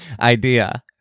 idea